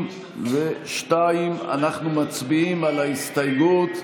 62. אנחנו מצביעים על ההסתייגות.